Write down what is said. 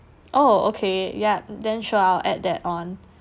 oh okay yeah then sure I'll add that on